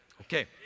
Okay